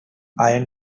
iron